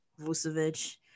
Vucevic